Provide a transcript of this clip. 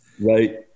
Right